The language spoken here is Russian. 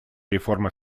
реформа